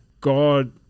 God